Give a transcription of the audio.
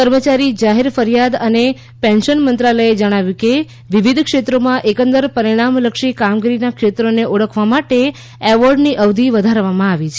કર્મચારી જાહેર ફરિયાદ અને પેન્શન મંત્રાલયે જણાવ્યું કે વિવિધ ક્ષેત્રોમાં એકંદર પરિણામલક્ષી કામગીરીના ક્ષેત્રોને ઓળખવા માટે એવોર્ડની અવધિ વધારવામાં આવી છે